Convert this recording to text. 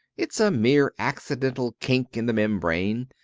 it's a mere accidental kink in the membrane,